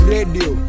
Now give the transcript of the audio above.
Radio